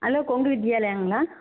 hello Kongu வித்யாலயங்களா